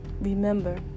Remember